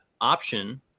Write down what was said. option